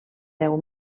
deu